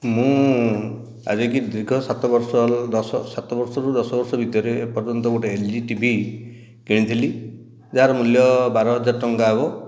ମୁଁ ଆଜିକି ଦୀର୍ଘ ସାତ ବର୍ଷ ହେଲା ଦଶ ସାତ ବର୍ଷରୁ ଦଶ ବର୍ଷ ଭିତରେ ଏପର୍ଯନ୍ତ ଗୋଟିଏ ଏଲଇଡ଼ି ଟିଭି କିଣିଥିଲି ଯାହାର ମୂଲ୍ୟ ବାର ହଜାର ଟଙ୍କା ହେବ